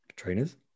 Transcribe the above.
Trainers